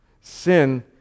Sin